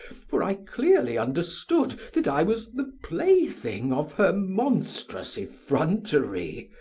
for i clearly understood that i was the plaything of her monstrous effrontery,